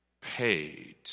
paid